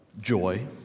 joy